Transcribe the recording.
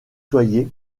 soyez